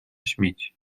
śmieci